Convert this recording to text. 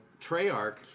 Treyarch